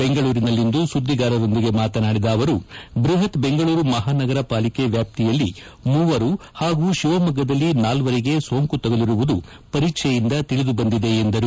ಬೆಂಗಳೂರಿನಲ್ಲಿಂದು ಸುದ್ದಿಗಾರರೊಂದಿಗೆ ಮಾತನಾಡಿದ ಅವರು ಬೃಹತ್ ಬೆಂಗಳೂರು ಮಹಾನಗರ ಪಾಲಿಕೆ ವ್ಯಾಪ್ತಿಯಲ್ಲಿ ಮೂವರು ಹಾಗೂ ಶಿವಮೊಗ್ಗದಲ್ಲಿ ನಾಲ್ವರಿಗೆ ಸೋಂಕು ತಗುಲಿರುವುದು ಪರೀಕ್ಷೆಯಿಂದ ತಿಳಿದುಬಂದಿದೆ ಎಂದರು